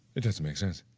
it doesn't makes sense.